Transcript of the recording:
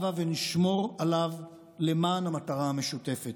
הבה ונשמור עליו למען המטרה המשותפת,